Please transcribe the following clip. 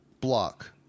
block